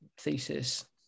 thesis